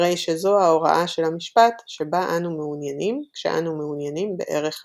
הרי שזו ההוראה של המשפט שבה אנו מעוניינים כשאנו מעוניינים בערך האמת.